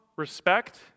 respect